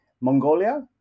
Mongolia